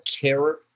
care